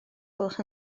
gwelwch